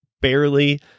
barely